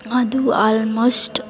ಅದು ಆಲ್ಮೋಸ್ಟ್